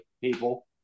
people